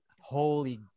Holy